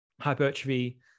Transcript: hypertrophy